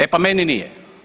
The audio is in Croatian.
E pa meni nije.